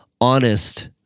honest